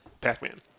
Pac-Man